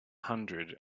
hundred